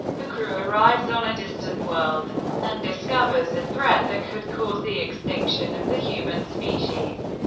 the crew arrives on a distant world and discovers a threat that could cause the extinction of the human species.